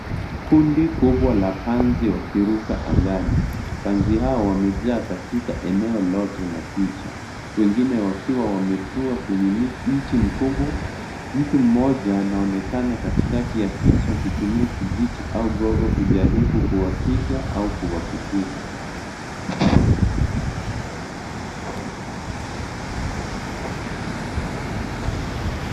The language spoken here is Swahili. Kundi kubwa la panzi likiruka angani. Panzi hao wamejaa katika eneo lote la picha. Wengine wakiwa wametua kwenye mti mkubwa. Mtu mmoja anaonekana kati kati ya picha akitumia kijiti au gogo kujaribu kuwapiga au kuwafukuza.